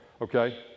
okay